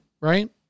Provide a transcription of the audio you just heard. right